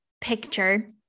picture